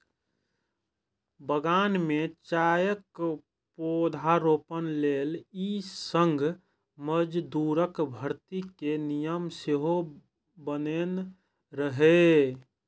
बगान मे चायक पौधारोपण लेल ई संघ मजदूरक भर्ती के नियम सेहो बनेने रहै